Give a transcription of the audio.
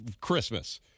Christmas